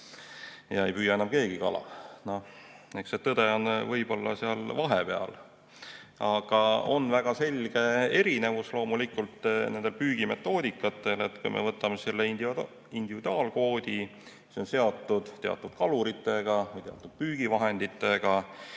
ei püüa enam keegi kala. Eks see tõde on võib-olla seal vahepeal. Aga on väga selge erinevus loomulikult nendel püügimetoodikatel. Kui me võtame individuaalkoodi, siis see on seotud teatud kaluritega ja teatud püügivahenditega